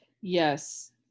yes